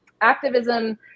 activism